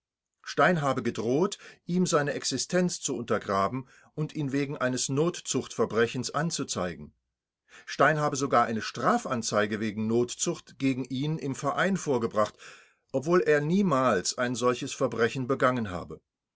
stein habe gedroht ihm seine existenz zu untergraben und ihn wegen eines notzuchtverbrechens anzuzeigen stein habe sogar eine strafanzeige wegen notzucht gegen ihn im verein vorgebracht obwohl er niemals ein solches verbrechen begangen habe